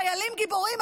חיילים גיבורים,